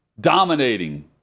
dominating